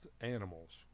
animals